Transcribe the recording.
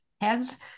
heads